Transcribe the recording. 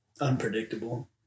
unpredictable